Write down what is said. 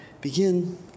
begin